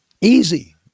Easy